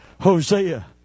Hosea